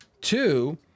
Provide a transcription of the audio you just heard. two